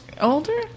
older